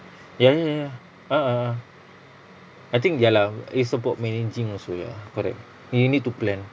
ya ya ya a'ah ah I think ya lah it's about managing also ya correct you need to plan